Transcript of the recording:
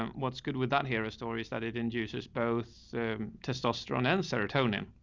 um what's good with that here as stories that it induces both testosterone and serotonin